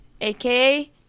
aka